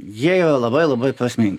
jie yra labai labai prasmingi